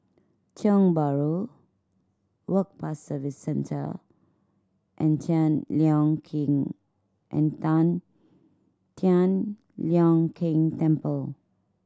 Tiong Bahru Work Pass Service Centre and Tian Leong Keng and Tan Tian Leong Keng Temple